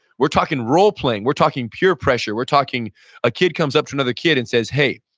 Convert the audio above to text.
we're talking role playing, we're talking pure pressure, we're talking a kid comes up to another kid and says, hey,